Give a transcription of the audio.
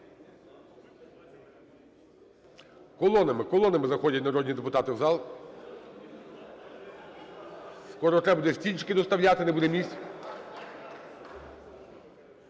колонами заходять народні депутати в зал. Скоро треба буде стільчики доставляти, не буде місць.